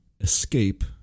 escape